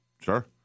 Sure